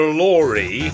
Glory